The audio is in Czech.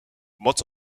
moc